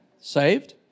Saved